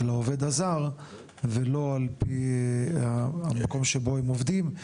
העובד הזה ולא על פי המקום שבו הם עובדים,